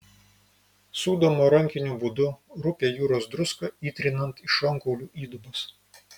sūdoma rankiniu būdu rupią jūros druską įtrinant į šonkaulių įdubas